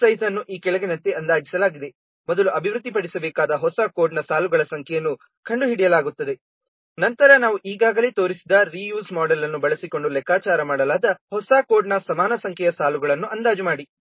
code size ಅನ್ನು ಈ ಕೆಳಗಿನಂತೆ ಅಂದಾಜಿಸಲಾಗಿದೆ ಮೊದಲು ಅಭಿವೃದ್ಧಿಪಡಿಸಬೇಕಾದ ಹೊಸ ಕೋಡ್ನ ಸಾಲುಗಳ ಸಂಖ್ಯೆಯನ್ನು ಕಂಡುಹಿಡಿಯಲಾಗುತ್ತದೆ ನಂತರ ನಾವು ಈಗಾಗಲೇ ತೋರಿಸಿದ ರೀ ಯೂಸ್ ಮೋಡೆಲ್ ಅನ್ನು ಬಳಸಿಕೊಂಡು ಲೆಕ್ಕಾಚಾರ ಮಾಡಲಾದ ಹೊಸ ಕೋಡ್ನ ಸಮಾನ ಸಂಖ್ಯೆಯ ಸಾಲುಗಳನ್ನು ಅಂದಾಜು ಮಾಡಿ